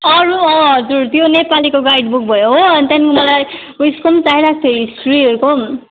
अरू अँ हजुर त्यो नेपालीको गाइड बुक भयो हो अनि त्यहाँदेखि मलाई उयेसको पनि चाहिरहेको छ हिस्ट्रीहरूको पनि